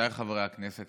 עמיתיי חברי הכנסת,